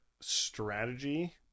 strategy